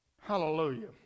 Hallelujah